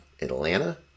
Atlanta